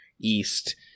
east